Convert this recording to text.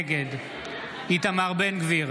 נגד איתמר בן גביר,